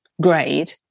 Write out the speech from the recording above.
grade